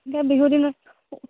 এতিয়া বিহু দিনত